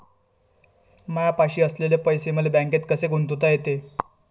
मायापाशी असलेले पैसे मले बँकेत कसे गुंतोता येते?